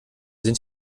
sind